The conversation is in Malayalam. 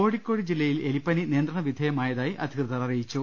കോഴിക്കോട് ജില്ലയിൽ എലിപ്പനി നിയന്ത്രണവിധേയമായ തായി അധികൃതർ അറിയിച്ചു